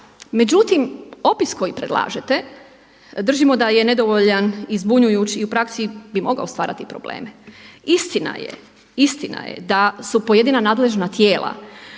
međutim opis koji predlažete držimo da je nedovoljan i zbunjujući i u praksi bi mogao stvarati probleme. Istina je, istina je da su pojedina nadležna tijela